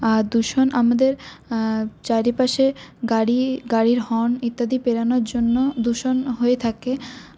আর দূষণ আমাদের চারিপাশে গাড়ি গাড়ির হর্ন ইত্যাদি পেরানোর জন্য দূষণ হয়ে থাকে